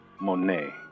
Monet